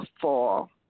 fall